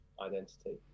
identity